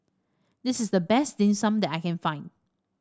this is the best Dim Sum that I can find